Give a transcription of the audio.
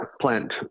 plant